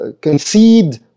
concede